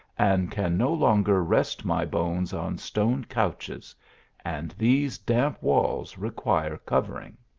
and can no longer rest my bones on stone couches and these damp walls re quire covering.